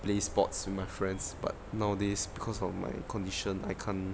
play sports with my friends but nowadays because of my condition I can't